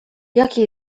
jakie